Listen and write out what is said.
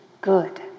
good